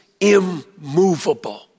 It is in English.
immovable